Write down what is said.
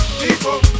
people